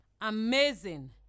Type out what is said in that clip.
Amazing